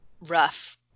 rough